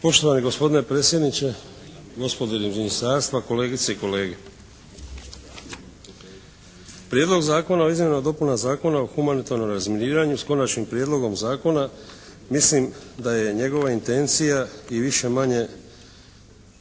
Poštovani gospodine predsjedniče, gospodo iz Ministarstva, kolegice i kolege. Prijedlog zakona o izmjenama i dopunama Zakona o humanitarnom razminiranju s Konačnim prijedlogom zakona, mislim da je njegova intencija i više-manje